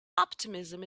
optimism